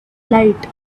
light